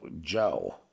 Joe